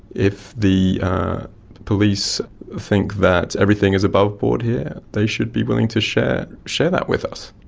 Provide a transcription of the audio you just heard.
if the police think that everything is above board here they should be willing to share share that with us.